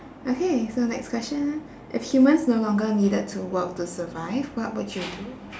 okay so next question if humans no longer needed to work to survive what would you do